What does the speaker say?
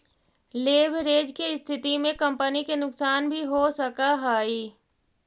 leverage के स्थिति में कंपनी के नुकसान भी हो सकऽ हई